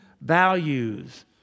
values